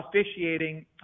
officiating